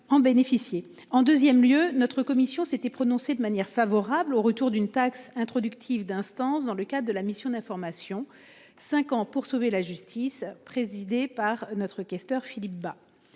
En 2ème lieu notre commission s'était prononcé de manière favorable au retour d'une taxe introductif d'instance dans le cadre de la mission d'information. 5 ans pour sauver la justice présidée par notre questeur Philippe Bas.